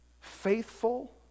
faithful